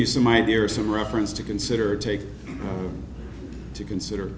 you some idea of some reference to consider it take to consider